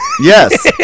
Yes